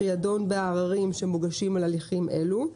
שידון בעררים שמוגשים על הליכים אלו.